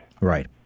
Right